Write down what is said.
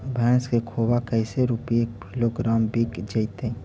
भैस के खोबा कैसे रूपये किलोग्राम बिक जइतै?